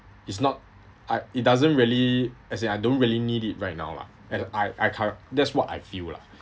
it's not I it doesn't really as in I don't really need it right now lah and I I cur~ that's what I feel lah